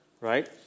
right